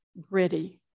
gritty